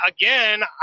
again